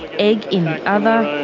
and egg in the other.